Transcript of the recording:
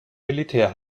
militär